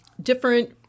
Different